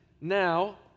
now